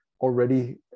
already